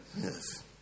Yes